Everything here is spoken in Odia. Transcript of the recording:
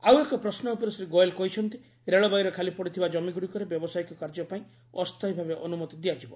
ଆଉ ଏକ ପ୍ରଶ୍ନ ଉପରେ ଶ୍ରୀ ଗୋଏଲ୍ କହିଛନ୍ତି ରେଳବାଇର ଖାଲିପଡ଼ିଥିବା କମିଗୁଡ଼ିକରେ ବ୍ୟବସାୟିକ କାର୍ଯ୍ୟ ପାଇଁ ଅସ୍ଥାୟୀ ଭାବେ ଅନୁମତି ଦିଆଯିବ